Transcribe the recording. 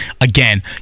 again